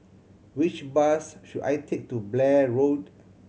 which bus should I take to Blair Road